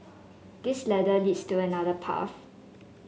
this ladder leads to another path